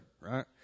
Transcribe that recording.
right